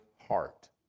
heart